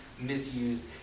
misused